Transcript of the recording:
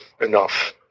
enough